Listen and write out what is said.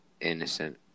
innocent